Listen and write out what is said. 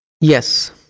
Yes